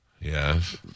Yes